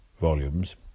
volumes